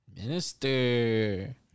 Minister